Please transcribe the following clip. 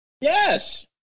Yes